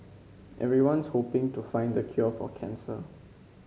everyone's hoping to find the cure for cancer